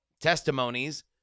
testimonies